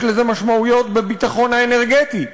יש לזה משמעויות בביטחון האנרגטי,